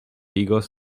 higos